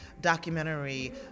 documentary